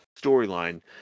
storyline